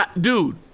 Dude